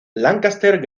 lancaster